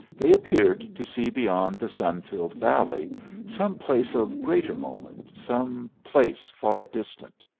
they appeared to see beyond the sun-filled valley some place of greater moment, some place far distant.